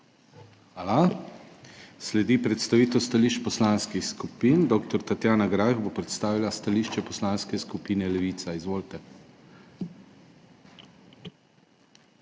Hvala. Sledi predstavitev stališč poslanskih skupin. Dr. Tatjana Greif bo predstavila stališče Poslanske skupine Levica. Izvolite.